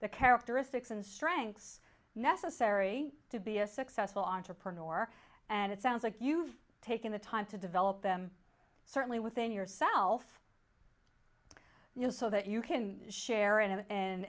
the characteristics and strengths necessary to be a successful entrepreneur and it sounds like you've taken the time to develop them certainly within yourself you know so that you can share and